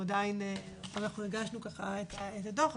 אנחנו הגשנו את הדוח.